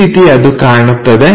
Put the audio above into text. ಈ ರೀತಿ ಅದು ಕಾಣುತ್ತದೆ